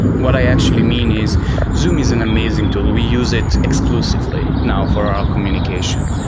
what i actually mean is zoom is an amazing tool. we use it exclusively now for our communication.